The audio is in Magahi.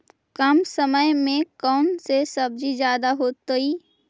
कम समय में कौन से सब्जी ज्यादा होतेई?